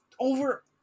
over